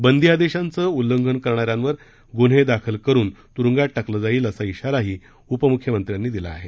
बंदीआदेशांचं उल्लंघन करणाऱ्यांवर गुन्हे दाखल करुन तुरुंगात टाकलं जाईल असा शिराही उपमुख्यमंत्र्यांनी दिला आहे